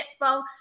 Expo